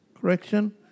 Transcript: correction